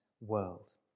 world